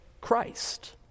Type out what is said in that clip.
Christ